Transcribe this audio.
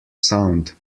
sound